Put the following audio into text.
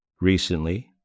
Recently